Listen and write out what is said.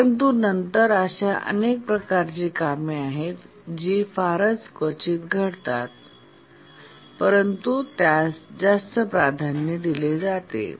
परंतु नंतर अशी अनेक प्रकारची कामे आहेत जी फारच क्वचितच घडतात परंतु त्यास जास्त प्राधान्य दिले जाते